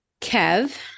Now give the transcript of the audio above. Kev